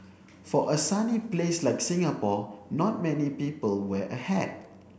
for a sunny place like Singapore not many people wear a hat